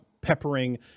peppering